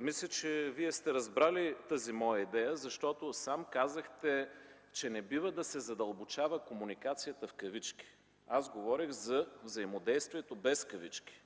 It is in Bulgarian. мисля, че Вие сте разбрали тази моя идея, защото сам казахте, че не бива да се задълбочава комуникацията в кавички. Аз говорих за взаимодействието без кавички.